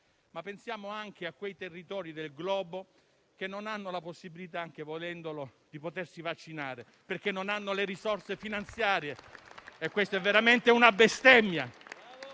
ma pensiamo anche a quei territori del globo che non hanno la possibilità, anche volendolo, di potersi vaccinare perché non hanno le risorse finanziarie. Questa è veramente una bestemmia.